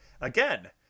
Again